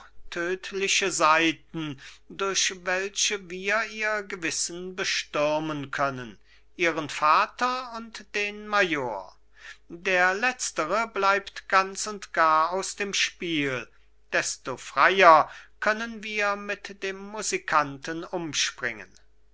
tödtliche seiten durch welche wir ihre gewissen bestürmen können ihren vater und den major der letztere bleibt ganz und gar aus dem spiel desto freier können wir mit dem musikanten umspringen